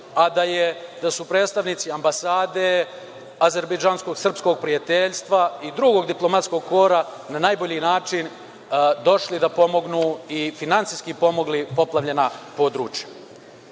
a da su predstavnici ambasade, Azerbejdžansko-Srpskog prijateljstva i drugog diplomatskog kora na najbolji način došli da pomognu i finansijski pomogli poplavljena područja. Ono